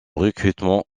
recrutement